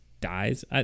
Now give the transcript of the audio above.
dies